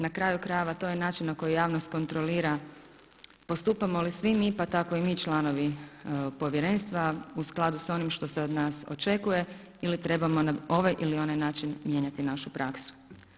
Na kraju krajeva to je način na koju javnost kontrolira postupamo li svi mi pa tako i mi članovi povjerenstva u skladu s onim što se od nas očekuje ili trebamo na ovaj ili onaj način mijenjati našu praksu.